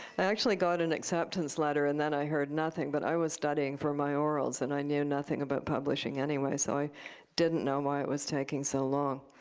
i actually got an acceptance letter, and then i heard nothing. but i was studying for my orals, and i knew nothing about publishing anyway, so i didn't know why it was taking so long.